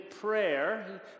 prayer